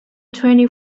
twenty